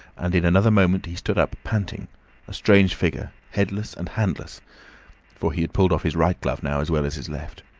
and in another moment he stood up panting, a strange figure, headless and handless for he had pulled off his right glove now as well as his left.